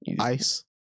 Ice